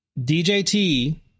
DJT